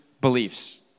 beliefs